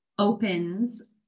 opens